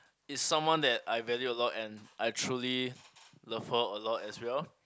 it's someone that I value a lot and I truly love her a lot as well